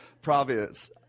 Providence